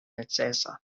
necesa